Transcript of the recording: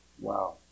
wow